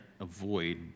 avoid